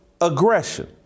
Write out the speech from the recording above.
aggression